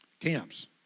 camps